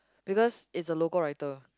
because it's a local writer